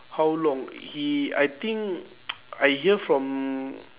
how long he I think I hear from